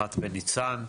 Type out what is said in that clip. אחת בניצן,